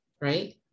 right